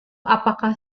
apakah